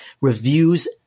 Reviews